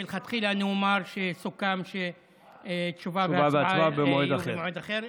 מלכתחילה אני אומר שתשובה והצבעה יהיו במועד אחר.